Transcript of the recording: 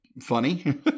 funny